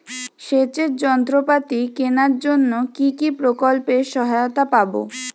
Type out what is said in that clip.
সেচের যন্ত্রপাতি কেনার জন্য কি প্রকল্পে সহায়তা পাব?